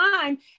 time